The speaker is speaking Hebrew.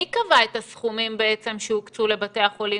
מי קבע את הסכומים שהוקצו לבתי החולים?